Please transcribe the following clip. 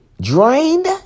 drained